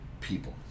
people